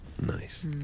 Nice